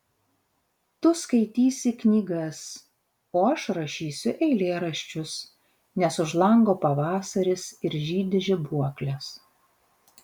tu skaitysi knygas o aš rašysiu eilėraščius nes už lango pavasaris ir žydi žibuoklės